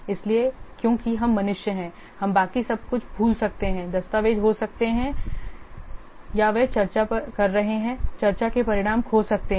इसलिए क्योंकि हम मनुष्य हैं हम बाकी सब कुछ भूल सकते हैं दस्तावेज़ खो सकते हैं या वे चर्चा कर रहे हैं चर्चा के परिणाम खो सकते हैं